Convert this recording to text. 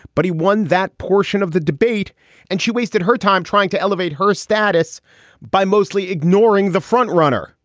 but he won that portion of the debate and she wasted her time trying to elevate her status by mostly ignoring the front runner.